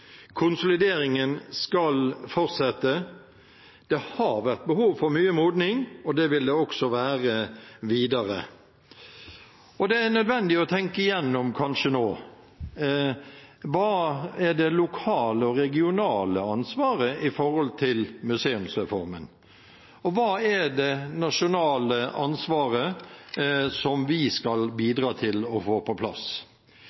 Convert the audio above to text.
Konsolideringen skal fortsette. Det har vært behov for mye modning, og det vil det også være videre. Det er kanskje nødvendig å tenke gjennom nå: Hva er det lokale og det regionale ansvaret når det gjelder museumsreformen? Og hva er det nasjonale ansvaret som vi skal